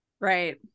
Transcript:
right